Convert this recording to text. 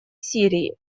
сирии